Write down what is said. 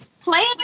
playing